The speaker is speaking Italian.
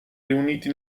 riuniti